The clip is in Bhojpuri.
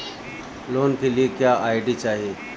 लोन के लिए क्या आई.डी चाही?